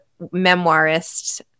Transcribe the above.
memoirist